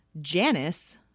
Janice